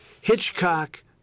Hitchcock